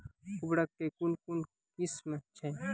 उर्वरक कऽ कून कून किस्म छै?